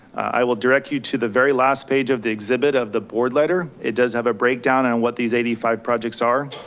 i will direct you to the very last page of the exhibit of the board letter. it does have a breakdown on what these eighty five projects are.